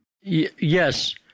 Yes